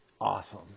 Awesome